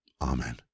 Amen